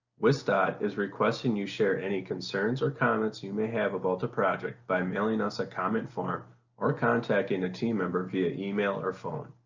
wisdot is requesting you share any concerns or comments you may have about the project by mailing us a comment form or contacting a team member via email or phone.